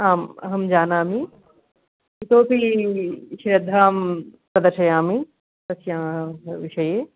आम् अहं जानामि इतोपि श्रद्धां प्रदर्शयामि तस्याः विषये